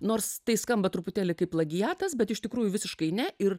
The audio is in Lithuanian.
nors tai skamba truputėlį kaip plagiatas bet iš tikrųjų visiškai ne ir